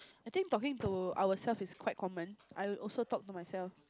I think talking to our self is quite common I also talk to myself